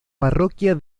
parroquia